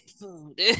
food